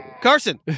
Carson